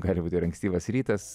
gali būt ir ankstyvas rytas